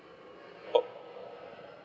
oh